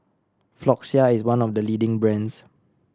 Floxia is one of the leading brands